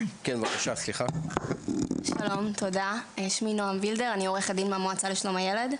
אני עורכת הדין מהמועצה לשלום הילד.